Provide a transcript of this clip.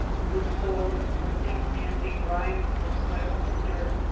footsore, limping and begrimed with sweat and dirt,